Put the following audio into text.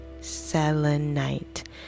selenite